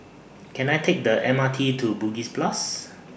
Can I Take The M R T to Bugis Plus